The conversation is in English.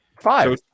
five